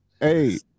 Hey